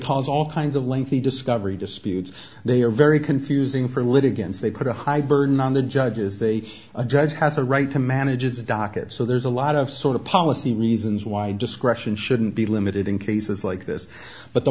cause all kinds of lengthy discovery disputes they are very confusing for litigants they put a high burden on the judges they a judge has a right to manage a docket so there's a lot of sort of policy reasons why discretion shouldn't be limited in cases like this but the